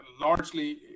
largely